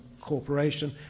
corporation